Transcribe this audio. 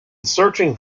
searching